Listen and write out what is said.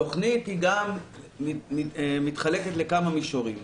התכנית מתחלקת לכמה מישורים.